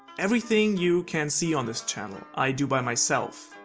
everything you can see on this channel i do by myself.